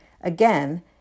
Again